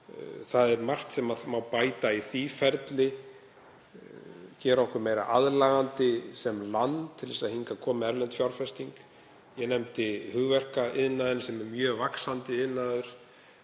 Það er margt sem má bæta í því ferli, að gera okkur meira aðlaðandi sem land til þess að hingað komi erlend fjárfesting. Ég nefndi hugverkaiðnaðinn sem er mjög vaxandi iðnaður,